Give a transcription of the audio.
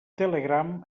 telegram